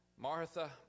Martha